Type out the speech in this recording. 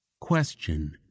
question